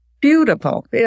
beautiful